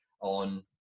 on